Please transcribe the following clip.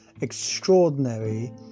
extraordinary